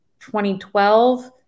2012